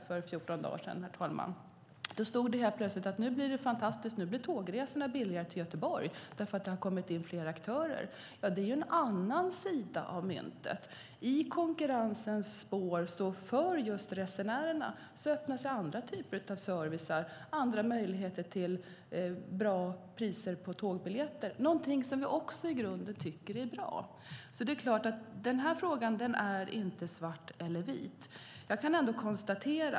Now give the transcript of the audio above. För fjorton dagar sedan stod det i Svenska Dagbladet att tågresorna till Göteborg nu skulle bli billigare därför att det har kommit in fler aktörer. Det är en annan sida av myntet. I konkurrensens spår öppnas andra typer av service för resenärerna och andra möjligheter till bra priser på tågbiljetter. Det är något som vi också i grunden tycker är bra. Det är inte svart eller vitt.